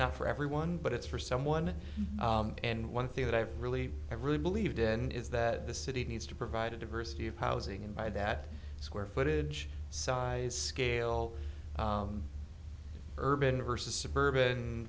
not for everyone but it's for someone and one thing that i've really really believed in is that the city needs to provide a diversity of housing and by that square footage size scale urban versus suburban